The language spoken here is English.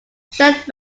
shed